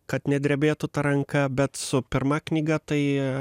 kad nedrebėtų ranka bet su pirma knyga tai